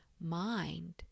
mind